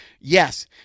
yes